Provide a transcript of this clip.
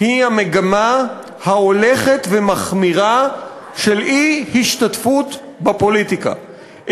היא המגמה ההולכת ומחמירה של אי-השתתפות בפוליטיקה,